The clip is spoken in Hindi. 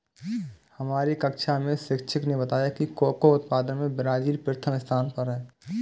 हमारे कक्षा में शिक्षक ने बताया कि कोको उत्पादन में ब्राजील प्रथम स्थान पर है